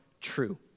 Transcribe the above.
true